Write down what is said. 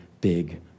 big